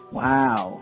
wow